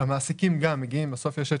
יש שביעות